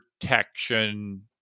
protection